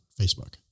Facebook